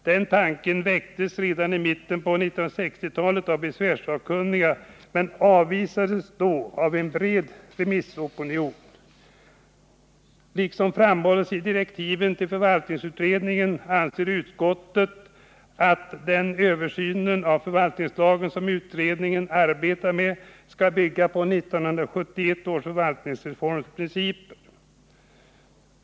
Den tanken väcktes redan i mitten på 1960-talet av besvärssakkunniga men avvisades då av en bred remissopinion. I likhet med vad som framhålls i direktiven till förvaltningslagsutredningen anser utskottet att den översyn av förvaltningslagen som utredningen arbetar med skall bygga på 1971 års förvaltningsreforms principer.